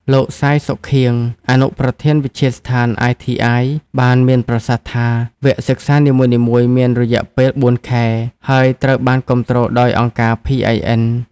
លោក សាយ សុខៀង អនុប្រធានវិទ្យាស្ថាន ITI បានមានប្រសាសន៍ថា “វគ្គសិក្សានីមួយៗមានរយៈពេលបួនខែ ហើយត្រូវបានគាំទ្រដោយអង្គការ PIN។